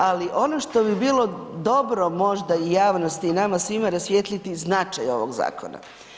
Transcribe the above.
Ali ono što bi bilo dobro možda i javnosti i nama svima rasvijetliti značaj ovog zakona.